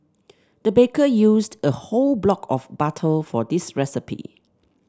the baker used a whole block of butter for this recipe